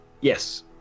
yes